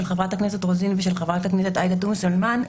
של חברת הכנסת רוזין ושל חברת הכנסת עאידה תומא סלימאן,